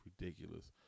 ridiculous